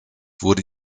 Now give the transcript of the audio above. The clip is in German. wurde